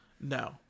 No